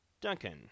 Duncan